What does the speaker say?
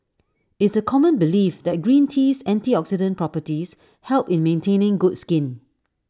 it's A common belief that green tea's antioxidant properties help in maintaining good skin